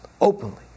openly